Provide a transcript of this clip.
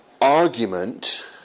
argument